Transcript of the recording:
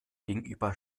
gegenüber